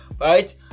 right